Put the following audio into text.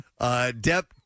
depp